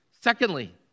Secondly